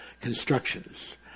constructions